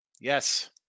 Yes